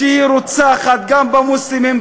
שרוצחת גם במוסלמים,